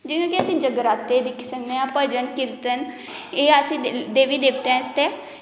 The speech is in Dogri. जियां की अस जगराते दिक्खी सकने आं भजन कीर्तन एह् अस देवी देवतें आस्तै